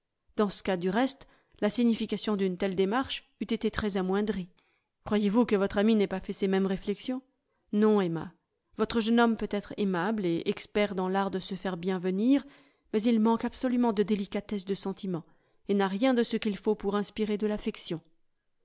dans ce cas du reste la signification d'une telle démarche eût été très amoindrie croyez-vous que votre amie n'ait pas fait ces mêmes réflexions non emma votre jeune homme peut être aimable et expert dans l'art de se faire bien venir mais il manque absolument de délicatesse de sentiment et n'a rien de ce qu'il faut pour inspirer de l'affection